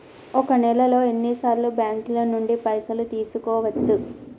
ఒక నెలలో ఎన్ని సార్లు బ్యాంకుల నుండి పైసలు తీసుకోవచ్చు?